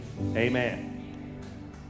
amen